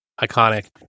iconic